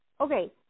Okay